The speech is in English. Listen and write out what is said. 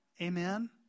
Amen